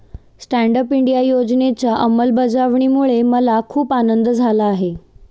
stand up India योजनेच्या अंमलबजावणीमुळे मला खूप आनंद झाला आहे